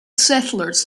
settlers